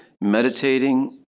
Meditating